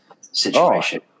situation